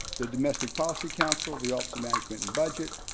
the domestic policy council, the office of management and budget,